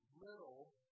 Little